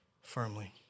firmly